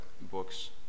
books